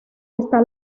está